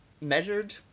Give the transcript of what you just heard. measured